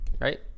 right